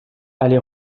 aller